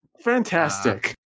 Fantastic